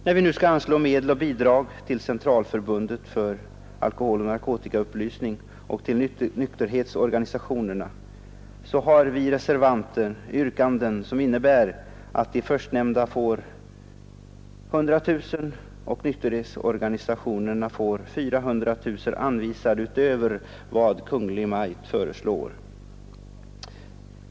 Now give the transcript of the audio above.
När vi nu skall anslå medel och bidrag till Centralförbundet för alkoholoch narkotikaupplysning och till nykterhetsorganisationerna, har vi reservanter yrkanden som innebär att den förstnämnda organisationen får 100000 kronor och nykterhetsorganisationerna 400 000 kronor anvisade utöver vad Kungl. Maj:t föreslår.